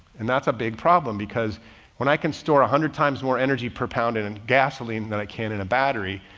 and that's a big problem because when i can store a hundred times more energy per pound in and gasoline than it can in a battery,